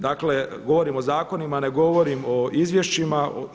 Dakle, govorim o zakonima, ne govorim o izvješćima.